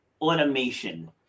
automation